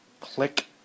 Click